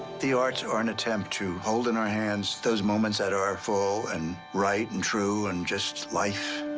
the arts are an attempt to hold in our hands those moments that are full and right and true and just life.